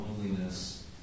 loneliness